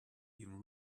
even